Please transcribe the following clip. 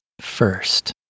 first